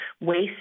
waste